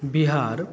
Bihar